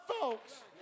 folks